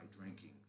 drinking